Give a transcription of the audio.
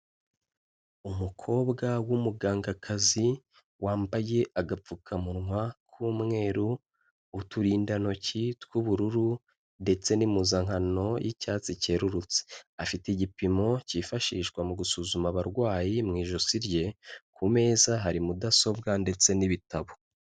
Umukobwa w'umugangakazi wambaye agapfukamunwa k'umweru, uturindantoki tw'ubururu ndetse n'impuzankano y'icyatsi cyerurutse. Afite igipimo cyifashishwa mu gusuzuma abarwayi mu ijosi rye, ku meza hari mudasobwa ndetse n'ibitabo.